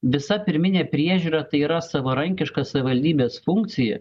visa pirminė priežiūra tai yra savarankiška savivaldybės funkcija